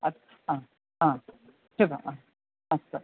अस् हा हा शुभम् अस्तु अस्तु